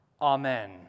Amen